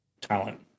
talent